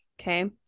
Okay